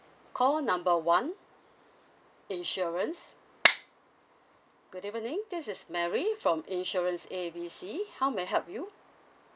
call number one insurance good evening this is mary from insurance A B C how may I help you